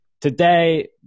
today